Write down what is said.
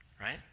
right